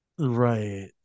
Right